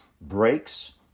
breaks